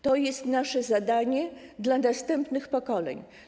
To jest nasze zadanie dla następnych pokoleń.